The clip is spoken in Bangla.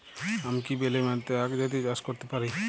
আমি কি বেলে মাটিতে আক জাতীয় চাষ করতে পারি?